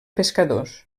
pescadors